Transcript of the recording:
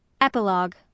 epilogue